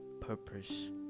purpose